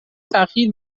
تاخیر